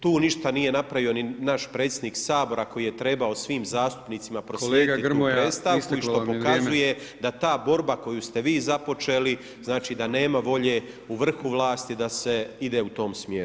Tu ništa nije napravio ni naš predsjednik Sabora koji je trebao svim zastupnicima proslijediti tu predstavku i što [[Upadica Brkić: Kolega Grmoja, isteklo vam je vrijeme.]] pokazuje da ta borba koju ste vi započeli znači da nema volje u vrhu vlasti da se ide u tom smjeru.